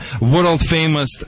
world-famous